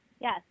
Yes